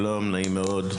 שלום נעים מאוד,